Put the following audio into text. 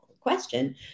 question